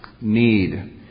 Need